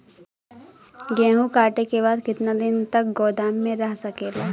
गेहूँ कांटे के बाद कितना दिन तक गोदाम में रह सकेला?